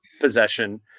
possession